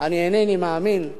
אני אינני מאמין,